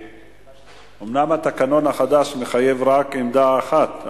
אומנם התקנון החדש מחייב רק עמדה אחת,